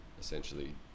essentially